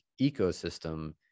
ecosystem